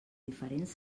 diferents